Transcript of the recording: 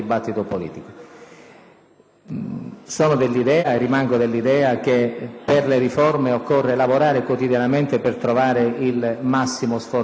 Sono e rimango dell'idea che per le riforme occorra lavorare quotidianamente, per trovare il massimo del consenso.